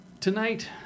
Tonight